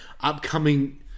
upcoming